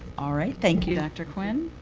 all right, thank you, dr. quinn.